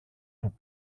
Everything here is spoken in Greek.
που